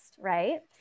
right